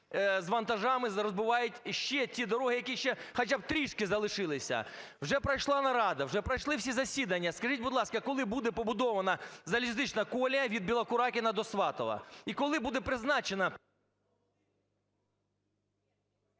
з вантажами, розбивають ще ті дороги, які хоча б трішки залишилися. Вже пройшла нарада, вже пройшли всі засідання, скажіть, будь ласка, коли буде побудова залізнична колія від Білокуракина до Сватова? І коли буде призначена…